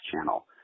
channel